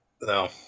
no